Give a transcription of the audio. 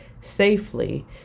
safely